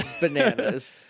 bananas